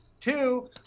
Two